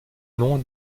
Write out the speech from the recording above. nom